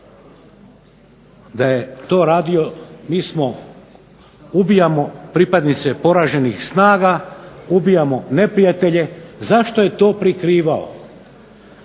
da je to radio, mi smo ubijamo pripadnike poraženih snaga, ubijamo neprijatelje, zašto je to prikrivao?